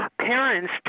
parents